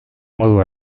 modu